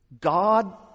God